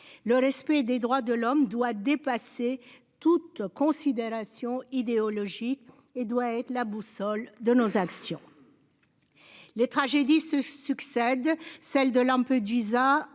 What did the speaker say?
Le respect des droits de l'homme doit dépasser toute considération idéologique et doit être la boussole de nos actions. Les tragédies se succèdent, celle de lampes